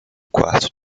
quarto